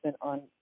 on